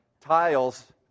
tiles